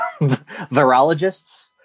virologists